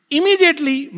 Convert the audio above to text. Immediately